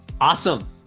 Awesome